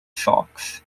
socks